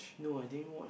no I didn't watch